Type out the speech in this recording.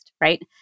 right